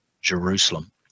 Jerusalem